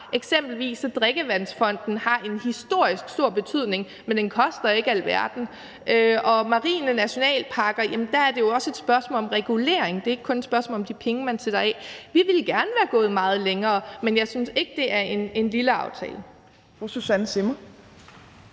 Eksempelvis har Drikkevandsfonden en historisk stor betydning, men den koster ikke alverden. Og i forhold til marine nationalparker er det jo også et spørgsmål om regulering, det er ikke kun et spørgsmål om de penge, man sætter af. Vi ville gerne være gået meget længere, men jeg synes ikke, at det er en lille aftale.